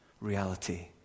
reality